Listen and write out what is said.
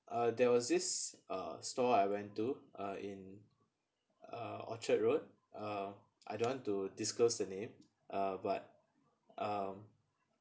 uh there was this uh store I went to uh in uh orchard road uh I don't want to disclose the name uh but um